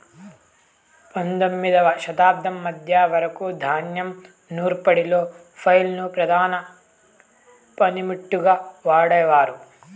పందొమ్మిదవ శతాబ్దం మధ్య వరకు ధాన్యం నూర్పిడిలో ఫ్లైల్ ను ప్రధాన పనిముట్టుగా వాడేవారు